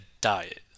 diet